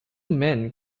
men